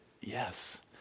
yes